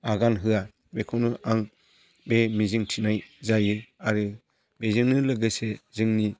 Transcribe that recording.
आगान होआ बेखौनो आं बे मिजिंथिनाय जायो आरो बेजोंनो लोगोसे जोंनि